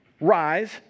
rise